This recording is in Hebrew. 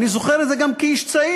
אני זוכר את זה גם כאיש צעיר.